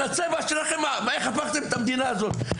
על הצבע שלכם ועל מה שעשיתם מהמדינה הזאת,